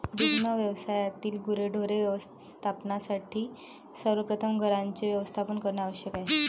दुग्ध व्यवसायातील गुरेढोरे व्यवस्थापनासाठी सर्वप्रथम घरांचे व्यवस्थापन करणे आवश्यक आहे